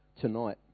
tonight